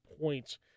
points